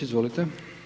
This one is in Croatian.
Izvolite.